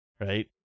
right